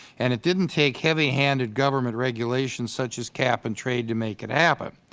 and it didn't take heavy-handed government regulations such as cap-and-trade to make it happen.